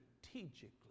strategically